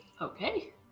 Okay